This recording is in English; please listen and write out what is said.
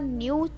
new